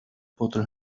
bother